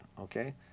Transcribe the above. okay